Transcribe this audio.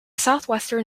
southwestern